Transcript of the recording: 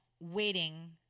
waiting